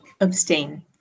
Abstain